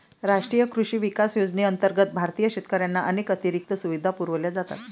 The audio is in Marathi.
राष्ट्रीय कृषी विकास योजनेअंतर्गत भारतीय शेतकऱ्यांना अनेक अतिरिक्त सुविधा पुरवल्या जातात